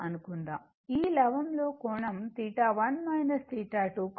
అనుకుందాం ఈ లవం లో కోణం 1 2